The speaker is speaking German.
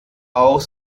auch